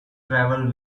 travelled